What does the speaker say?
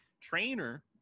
trainer